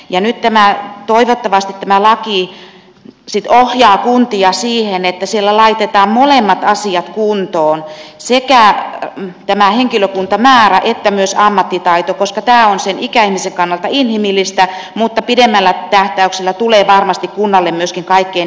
nyt toivottavasti tämä laki sitten ohjaa kuntia siihen että siellä laitetaan molemmat asiat kuntoon sekä tämä henkilökuntamäärä että myös ammattitaito koska tämä on ikäihmisen kannalta inhimillistä mutta pidemmällä tähtäyksellä tulee varmasti kunnalle myöskin kaikkein edullisimmaksi